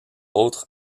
autres